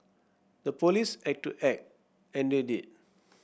the police had to act and they did